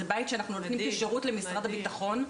זה בית שבו אנחנו נותנים שירות למשרד הבטחון,